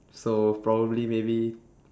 so probably maybe